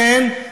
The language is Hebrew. לכן,